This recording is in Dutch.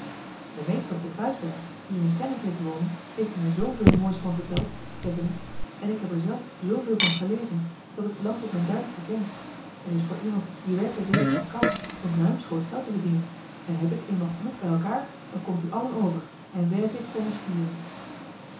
de meester op den kruisberg die er een kennis heeft wonen heeft mij er zooveel moois van verteld zei willem en ik heb er zelf zooveel van gelezen dat ik het land op mijn duimpje ken er is voor iemand die werken wil en kan nog ruimschoots geld te verdienen en heb ik eenmaal genoeg bij elkaar dan komt u allen over en werk ik voor ons vieren